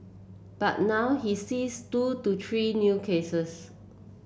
but now he sees two to three new cases